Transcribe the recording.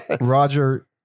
Roger